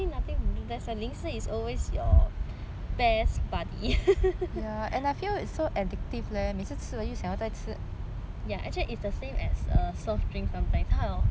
best buddy ya actually it's the same as err soft drinks sometimes ice cream I mean ice cream to me